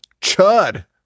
Chud